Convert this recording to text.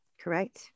Correct